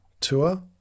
tour